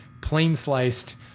plain-sliced